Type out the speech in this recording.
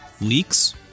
leaks